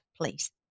please